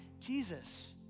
Jesus